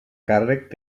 càrrec